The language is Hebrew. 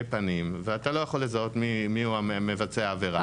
פנים ואתה לא יכול לזהות מיהו מבצע העבירה.